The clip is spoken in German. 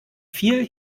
viel